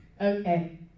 Okay